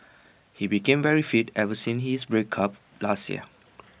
he became very fit ever since his breakup last year